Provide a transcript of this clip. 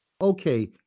okay